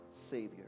Savior